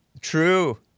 true